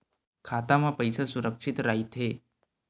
खाता मा पईसा सुरक्षित राइथे?